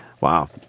Wow